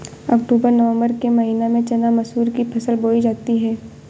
अक्टूबर नवम्बर के महीना में चना मसूर की फसल बोई जाती है?